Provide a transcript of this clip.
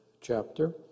chapter